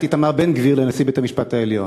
את איתמר בן-גביר לנשיא בית-המשפט העליון.